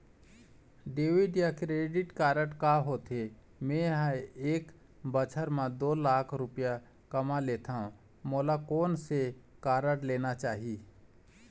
Debit या credit card का होथे, मे ह एक बछर म दो लाख रुपया कमा लेथव मोला कोन से कारड लेना चाही?